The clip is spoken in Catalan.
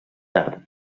tard